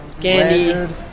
candy